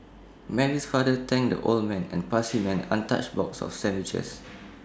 Mary's father thanked the old man and passed him an untouched box of sandwiches